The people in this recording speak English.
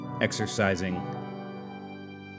Exercising